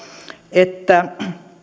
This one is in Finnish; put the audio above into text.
että